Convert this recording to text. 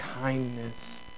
kindness